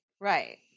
Right